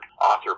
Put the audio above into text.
author